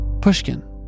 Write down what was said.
Pushkin